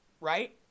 right